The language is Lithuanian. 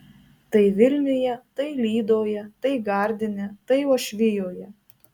tai vilniuje tai lydoje tai gardine tai uošvijoje